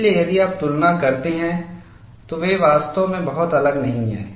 इसलिए यदि आप तुलना करते हैं तो वे वास्तव में बहुत अलग नहीं हैं